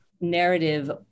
narrative